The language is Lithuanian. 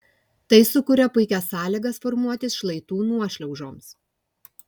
tai sukuria puikias sąlygas formuotis šlaitų nuošliaužoms